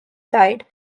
side